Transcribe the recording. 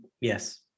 Yes